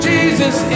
Jesus